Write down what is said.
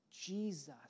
Jesus